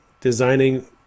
designing